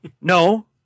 no